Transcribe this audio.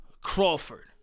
Crawford